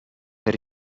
per